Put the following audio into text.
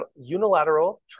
Unilateral